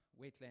wetland